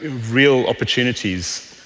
real opportunities.